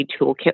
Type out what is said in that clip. toolkit